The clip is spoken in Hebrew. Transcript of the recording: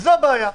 וזו הבעיה.